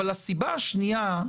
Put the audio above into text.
אבל הסיבה השנייה,